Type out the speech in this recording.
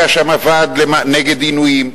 היה שם הוועד הציבורי נגד עינויים,